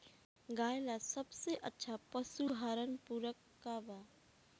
गाय ला सबसे अच्छा पशु आहार पूरक का बा?